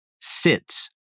sits